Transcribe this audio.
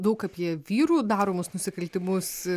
daug apie vyrų daromus nusikaltimus